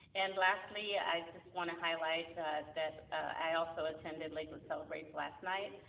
and lastly, i just wanna highlight that i also attended lakewood celebrates last night,